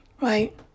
Right